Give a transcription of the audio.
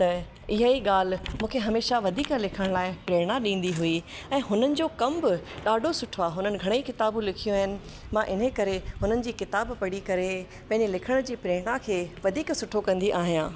त इहा ई ॻाल्हि मूंखे हमेशह वधीक लिखण लाइ प्रेरणा ॾींदी हुई ऐं हुननि जो कमु ॾाढो सुठो आहे हुननि घणे ई किताबू लिखियूं आहिनि मां इन करे हुननि जी किताब पढ़ी करे पंहिंजे लिखण जी प्रेरणा खे वधीक सुठो कंदी आहियां